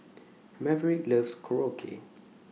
Maverick loves Korokke